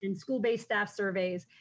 and school-based staff surveys.